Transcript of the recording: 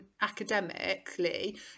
academically